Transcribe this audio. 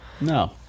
No